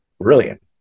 brilliant